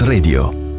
radio